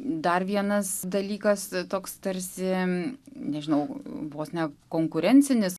dar vienas dalykas toks tarsi nežinau vos ne konkurencinis